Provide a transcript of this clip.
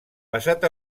passat